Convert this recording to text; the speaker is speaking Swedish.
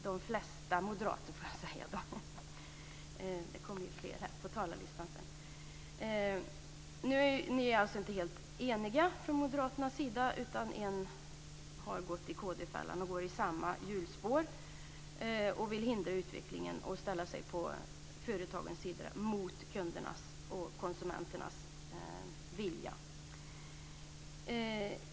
Det kommer ytterligare en på talarlistan sedan. Man är alltså inte helt enig från moderat sida, utan en har gått i kd-fällan och går i samma hjulspår, vill hindra utvecklingen och ställa sig på företagens sida mot kundernas och konsumenternas vilja.